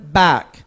back